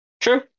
True